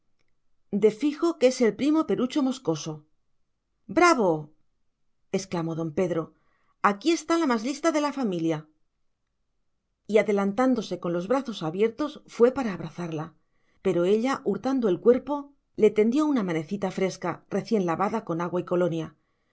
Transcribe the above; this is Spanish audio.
de fijo que es el primo perucho moscoso bravo exclamó don pedro aquí está la más lista de la familia y adelantándose con los brazos abiertos fue para abrazarla pero ella hurtando el cuerpo le tendió una manecita fresca recién lavada con agua y colonia